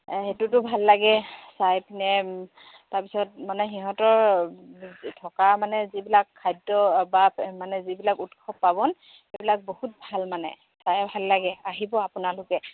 সেইটোতো ভাল লাগে চাই পিনে তাৰ পিছত মানে সিহঁতৰ থকা মানে যিবিলাক খাদ্য বা মানে যিবিলাক উৎসৱ পাৰ্বন সেইবিলাক বহুত ভাল মানে চাই ভাল লাগে আহিব আপোনালোকে